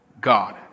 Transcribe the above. God